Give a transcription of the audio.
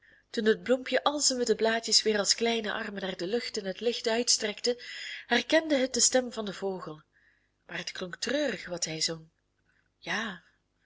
toen het bloempje al zijn witte blaadjes weer als kleine armen naar de lucht en het licht uitstrekte herkende het de stem van den vogel maar het klonk treurig wat hij zong ja